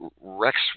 Rex